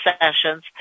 sessions